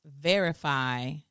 verify